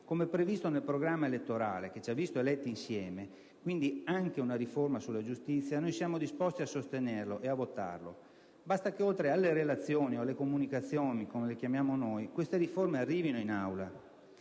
come previsto nel programma elettorale, che ci ha visto eletti insieme (quindi anche una riforma sulla giustizia), siamo disposti a sostenerlo e a votarlo. Basta che, oltre alle relazioni, o alle comunicazioni, come le definiamo noi, queste riforme arrivino in Aula.